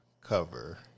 cover